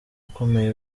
ukomeye